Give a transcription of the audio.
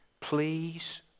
Please